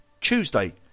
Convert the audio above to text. Tuesday